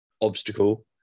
obstacle